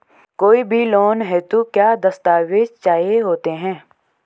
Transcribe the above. कोई भी लोन हेतु क्या दस्तावेज़ चाहिए होते हैं?